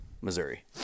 Missouri